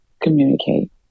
communicate